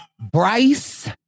Bryce